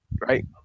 Right